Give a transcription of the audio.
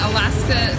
Alaska